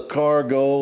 cargo